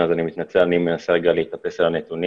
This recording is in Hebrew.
ו-16% בישובים הלא יהודים.